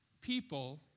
people